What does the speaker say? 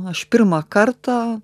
aš pirmą kartą